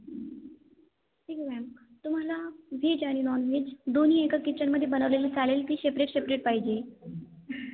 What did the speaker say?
ठीक आहे मॅम तुम्हाला व्हेज आणि नॉनव्हेज दोन्ही एका किचनमध्ये बनवलेलं चालेल की शेपरेट शेपरेट पाहिजे